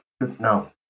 No